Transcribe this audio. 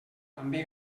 també